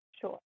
Sure